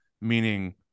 meaning